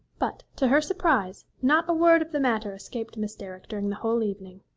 but, to her surprise, not a word of the matter escaped miss derrick during the whole evening.